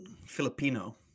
Filipino